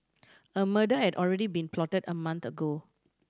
a murder had already been plotted a month ago